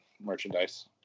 merchandise